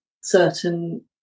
certain